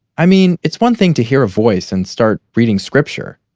i mean it's one thing to hear a voice and start reading scripture.